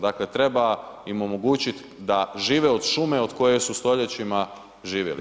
Dakle treba im omogućiti da žive od šume od koje su stoljećima živjeli.